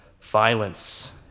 Violence